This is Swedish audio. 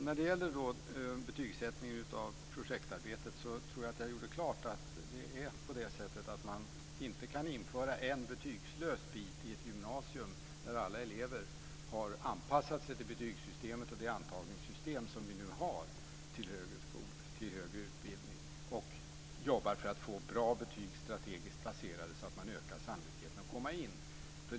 När det gäller betygssättningen av projektarbetet tror jag att jag gjorde klart att det är på det sättet att man inte kan införa en betygslös bit i ett gymnasium när alla elever har anpassat sig till betygssystemet och det antagningssystem som vi nu har till högre utbildning och jobbar för att få bra betyg strategiskt placerade så att de ökar sannolikheten för att komma in.